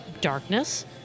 darkness